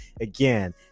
again